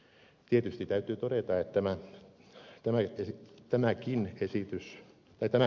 tietysti täytyy todeta tämä tulee tämäkin käsitys ei tämä